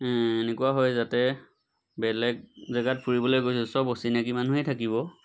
এনেকুৱা হয় যাতে বেলেগ জেগাত ফুৰিবলৈ গৈছে চব অচিনাকী মানুহেই থাকিব